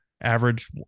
average